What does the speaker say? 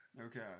Okay